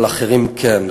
אבל אחרים כן,